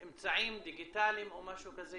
אמצעים דיגיטליים או משהו כזה?